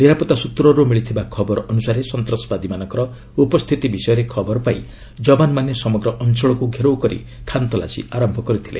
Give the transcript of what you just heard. ନିରାପତ୍ତା ସ୍ୱତ୍ରରୁ ମିଳିଥିବା ଖବର ଅନୁସାରେ ସନ୍ତାସବାଦୀମାନଙ୍କ ଉପସ୍ଥିତି ବିଷୟରେ ଖବର ପାଇ ଯବାନମାନେ ସମଗ୍ର ଅଞ୍ଚଳକୁ ଘେରଉ କରି ଖାନତଲାସି ଆରମ୍ଭ କରିଥିଲେ